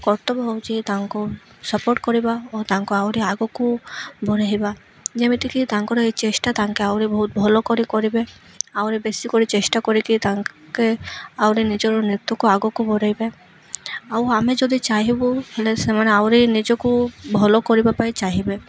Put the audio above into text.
କର୍ତ୍ତବ୍ୟ ହେଉଛି ତାଙ୍କୁ ସପୋର୍ଟ କରିବା ଓ ତାଙ୍କୁ ଆହୁରି ଆଗକୁ ବଢ଼େଇବା ଯେମିତିକି ତାଙ୍କର ଏଇ ଚେଷ୍ଟା ତାଙ୍କେ ଆହୁରି ବହୁତ ଭଲ କରି କରିବେ ଆହୁରି ବେଶୀ କରି ଚେଷ୍ଟା କରିକି ତାଙ୍କେ ଆହୁରି ନିଜର ନୃତ୍ୟକୁ ଆଗକୁ ବଢ଼େଇବେ ଆଉ ଆମେ ଯଦି ଚାହିଁବୁ ହେଲେ ସେମାନେ ଆହୁରି ନିଜକୁ ଭଲ କରିବା ପାଇଁ ଚାହିଁବେ